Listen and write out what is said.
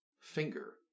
finger